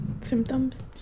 Symptoms